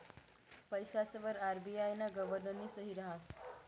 पैसासवर आर.बी.आय ना गव्हर्नरनी सही रहास